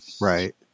Right